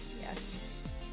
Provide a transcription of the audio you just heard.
Yes